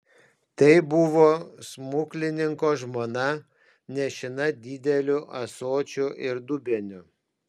tai buvo smuklininko žmona nešina dideliu ąsočiu ir dubeniu